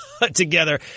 together